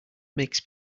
makes